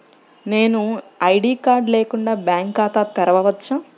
నేను ID card లేకుండా bank ఖాతా తెరవచ్చా?